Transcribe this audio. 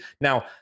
Now